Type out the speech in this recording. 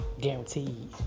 guaranteed